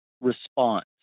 response